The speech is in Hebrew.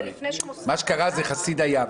מה שקרה זה שליצמן החליף.